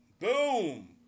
Boom